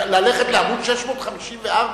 ללכת לעמוד 654,